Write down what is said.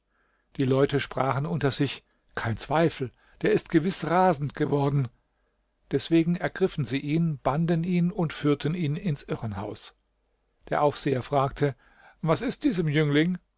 die leute sprachen unter sich kein zweifel der ist gewiß rasend geworden deswegen ergriffen sie ihn banden ihn und führten ihn ins irrenhaus der aufseher fragte was ist diesem jüngling